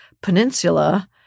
peninsula